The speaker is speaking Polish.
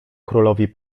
królowi